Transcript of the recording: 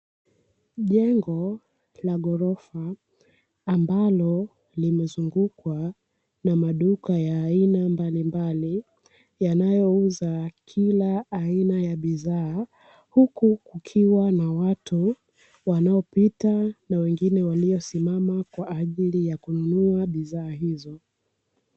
Jengo la ghorofa ambalo limezungukwa na maduka ya aina mbalimbali yanayouza kila aina ya bidhaa, huku kukiwa na watu wanaopita na wengine waliosimama kwa ajili ya kununua bidhaa hizo.